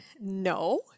no